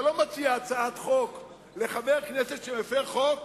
אתה לא מציע הצעת חוק לחבר כנסת שמפר חוק,